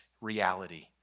reality